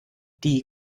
die